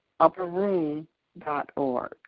upperroom.org